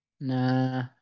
Nah